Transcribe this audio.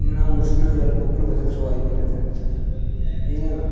इ'न्ना मुश्कल होई दा लोकल बंदे आस्तै सर्वाइव करना इ'त्थें इ'यां